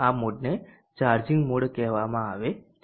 આ મોડને charging mode કહેવામાં આવે છે